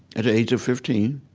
at the age of fifteen,